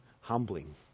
humbling